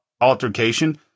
altercation